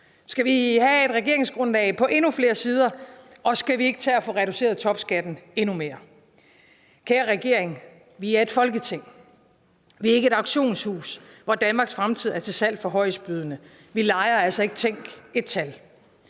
Skal vi have et regeringsgrundlag på endnu flere sider, og skal vi ikke tage at få reduceret topskatten endnu mere? Kl. 10:06 Kære regering, vi er et Folketing. Vi er ikke et auktionshus, hvor Danmarks fremtid er til salg for højestbydende. Vi leger altså ikke »Tænk på et tal«.